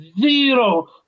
zero